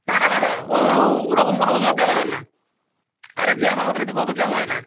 না না দাদা ও আমার ওরকম কোনো অজুহাত দেখাবেন না আরে জ্যাম আমাদের এদিকে অত জ্যাম হয় না